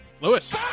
Lewis